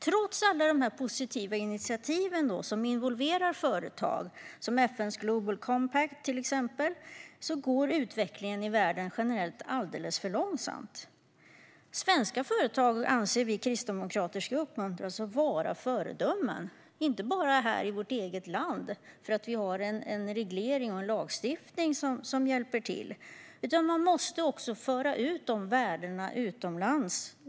Trots alla positiva initiativ som involverar företag, till exempel FN:s Global Compact, går utvecklingen i världen generellt alldeles för långsamt. Svenska företag ska, anser vi kristdemokrater, uppmuntras att vara föredömen, inte bara här i vårt eget land, där vi har en reglering och en lagstiftning som hjälper till. De värdena måste också föras ut utomlands.